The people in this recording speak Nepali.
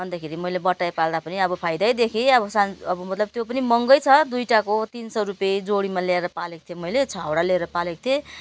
अन्तखेरि मैले बट्टाइ पाल्दा पनि अब फाइदा देखेँ अब सानो अब मतलब त्यो पनि महँगो छ दुइवटाको तिन सय रुप्पे जोडीमा लिएर पालेको थिएँ मैले छवटा लिएर पालेको थिएँ